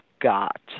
got